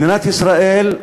מדינת ישראל,